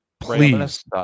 please